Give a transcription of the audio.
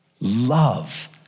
Love